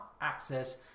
access